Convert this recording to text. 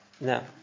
Now